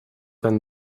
than